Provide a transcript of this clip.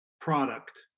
product